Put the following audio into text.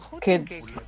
kids